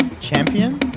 Champion